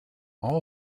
all